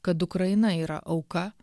kad ukraina yra auka